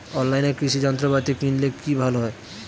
অনলাইনে কৃষি যন্ত্রপাতি কিনলে কি ভালো হবে?